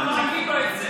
צריך להגיד לו את זה.